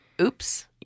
Oops